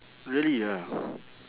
really ah